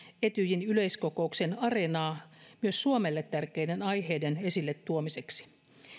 etyjin yleiskokouksen areenaa myös suomelle tärkeiden aiheiden esille tuomiseksi